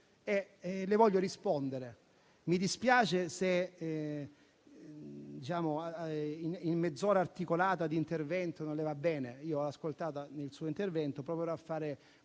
e vorrei risponderle. Mi dispiace se una mezz'ora articolata di intervento non le va bene; io ho ascoltato il suo, proverò